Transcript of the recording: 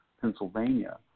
Pennsylvania